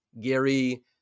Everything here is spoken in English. gary